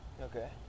Okay